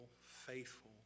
faithful